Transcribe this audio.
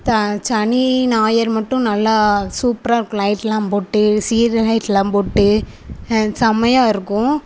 தா சனி ஞாயிறு மட்டும் நல்லா சூப்பராக இருக்கும் லைட்லாம் போட்டு சீரியல் லைட்லாம் போட்டு செம்மையாக இருக்கும்